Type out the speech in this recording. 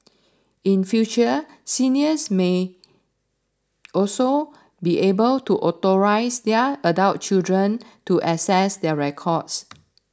in future seniors may also be able to authorise their adult children to access their records